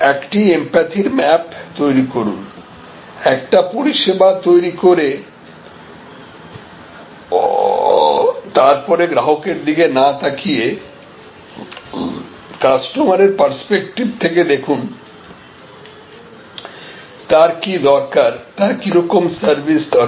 একটি এমপ্যাথির ম্যাপ তৈরি করুন একটা পরিষেবা তৈরি করে তারপরে গ্রাহকের দিকে না তাকিয়ে কাস্টমারের পার্সপেক্টিভ থেকে দেখুন তার কি দরকার তার কিরকম সার্ভিস দরকার